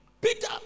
Peter